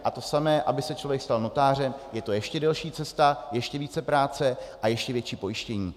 A to samé, aby se člověk stal notářem, je to ještě delší cesta, ještě více práce a ještě více pojištění.